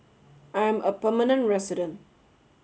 I am a permanent resident